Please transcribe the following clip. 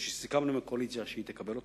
שסיכמנו עם הקואליציה שהיא תקבל אותן.